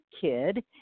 kid